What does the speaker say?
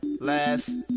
Last